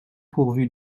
pourvu